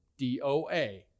DOA